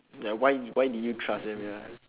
ya why why did you trust them ya